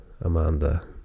Amanda